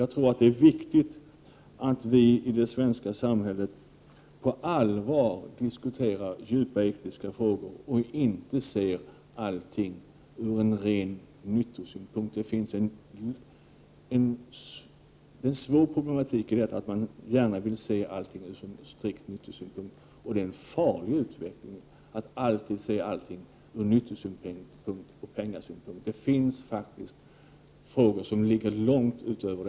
Jag tror att det är viktigt att vi i det svenska samhället på allvar diskuterar djupt etiska frågor och inte ser allting ur ren nyttosynpunkt. Det ligger en svår problematik i detta, och det är en farlig utveckling att alltid se allting ur nyttosynpunkt och penningsynpunkt. Det finns faktiskt frågor och områden som går långt därutöver.